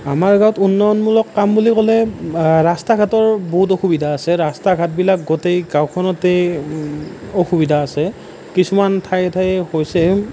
আমাৰ গাঁৱত উন্নয়নমূলক কাম বুলি ক'লে ৰাস্তা ঘাটৰ বহুত অসুবিধা আছে ৰাস্তা ঘাটবিলাক গোটেই গাঁওখনতেই অসুবিধা আছে কিছুমান ঠায়ে ঠায়ে হৈছে